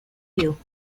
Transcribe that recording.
view